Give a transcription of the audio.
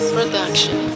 Production